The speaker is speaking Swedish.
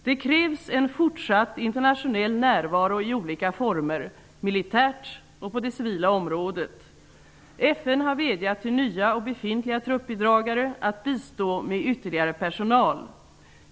Det krävs en fortsatt internationell närvaro i olika former, militärt och på det civila området. FN har vädjat till nya och befintliga truppbidragare att bistå med ytterligare personal.